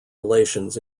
relations